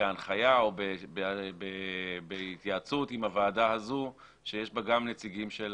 בהנחיה או בהתייעצות עם הוועדה הזו שיש בה גם נציגים של